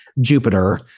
Jupiter